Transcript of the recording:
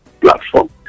platform